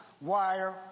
wire